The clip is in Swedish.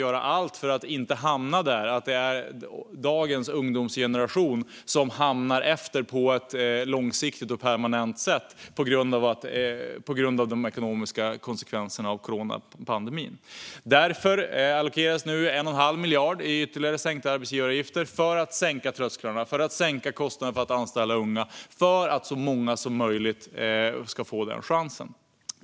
Vi vill inte att dagens ungdomsgeneration ska hamna efter på ett långsiktigt och permanent sätt på grund av de ekonomiska konsekvenserna av coronapandemin, och vi är beredda att göra allt för att inte hamna där. Därför allokeras nu 1 1⁄2 miljard i ytterligare sänkta arbetsgivaravgifter för att sänka trösklarna, för att sänka kostnaderna för att anställa unga och för att så många som möjligt ska få chansen.